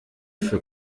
für